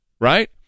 right